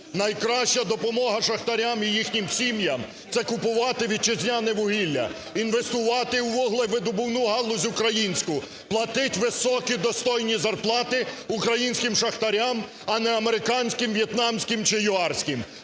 Найкраща допомога шахтарям і їхнім сім'ям – це купувати вітчизняне вугілля, інвестувати у вуглевидобувну галузь українську, платити високі, достойні зарплати українським шахтарям, а не американським, в'єтнамським чиюарським.